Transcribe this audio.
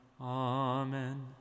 Amen